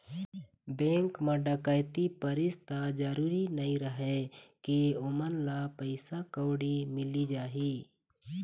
bank म डकैती परिस त जरूरी नइ रहय के ओमन ल पइसा कउड़ी मिली जाही